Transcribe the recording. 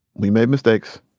we made mistakes.